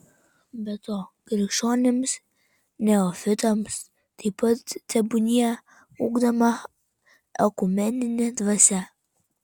be to krikščionims neofitams taip pat tebūnie ugdoma ekumeninė dvasia